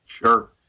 Sure